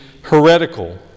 heretical